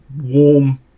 warm